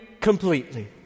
completely